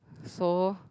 so